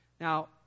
Now